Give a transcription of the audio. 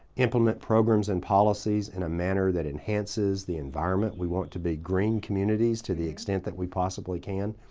implement programs and policies in a manner that enhances the environment. we want to be green communities to the extent that we possibly can.